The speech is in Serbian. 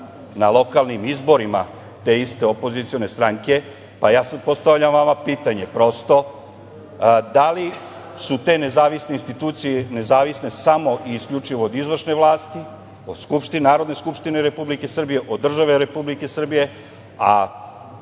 na lokalnim izborima te iste opozicione stranke. Sada postavljam vama pitanje, da li su te nezavisne institucije nezavisne samo i isključivo od izvršne vlasti, od Narodne skupštine Srbije, od države Republike Srbije, a